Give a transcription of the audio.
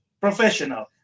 Professional